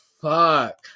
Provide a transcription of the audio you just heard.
Fuck